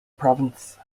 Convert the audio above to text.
province